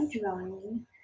drawing